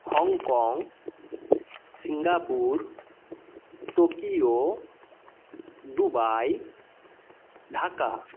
Hong Kong Singapore Tokyo Dubai Dhaka